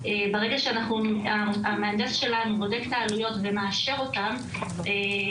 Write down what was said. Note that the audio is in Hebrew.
ברגע שהמהנדס שלנו בודק את העלויות ומאשר אותן אנחנו